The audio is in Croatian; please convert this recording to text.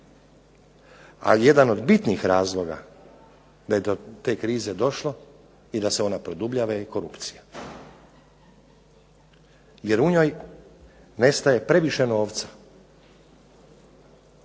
Ali jedan od bitnih razloga da je do te krize došlo i da se ona produbljava je korupcija jer u njoj nestaje previše novca.